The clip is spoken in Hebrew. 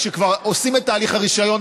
כשכבר עושים את תהליך הרישיון,